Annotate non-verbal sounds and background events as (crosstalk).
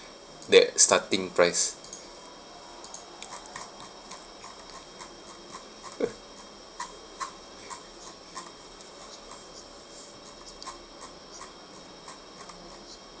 that starting price (laughs)